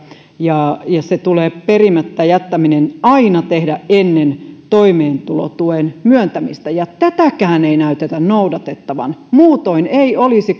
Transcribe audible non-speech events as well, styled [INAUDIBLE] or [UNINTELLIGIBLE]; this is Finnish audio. ja se perimättä jättäminen tulee aina tehdä ennen toimeentulotuen myöntämistä tätäkään ei näytetä noudatettavan muutoin ei olisi [UNINTELLIGIBLE]